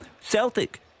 Celtic